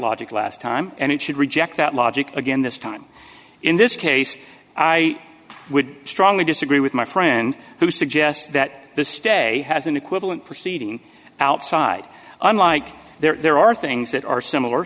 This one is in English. logic last time and it should reject that logic again this time in this case i would strongly disagree with my friend who suggests that the stay has an equivalent proceeding outside unlike there are things that are similar